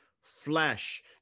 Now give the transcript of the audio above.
flesh